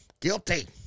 Guilty